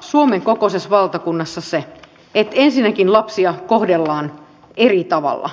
suomen kokoisessa valtakunnassa mahdollista se että ensinnäkin lapsia kohdellaan eri tavalla